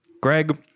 Greg